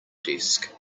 desk